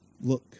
Look